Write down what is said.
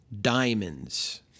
diamonds